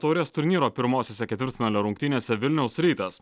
taurės turnyro pirmosiose ketvirtfinalio rungtynėse vilniaus rytas